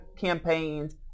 campaigns